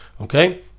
Okay